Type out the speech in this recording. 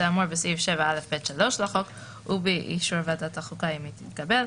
האמור בסעיף 7א(ב)(3) לחוק ובאישור ועדת החוקה אם היא תתקבל,